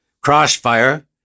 Crossfire